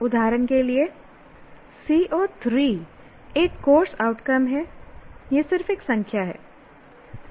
उदाहरण के लिए CO3 एक कोर्स आउटकम है यह सिर्फ एक संख्या है